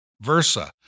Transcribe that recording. versa